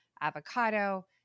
avocado